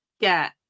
get